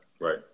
right